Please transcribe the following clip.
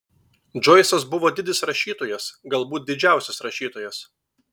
džoisas buvo didis rašytojas galbūt didžiausias rašytojas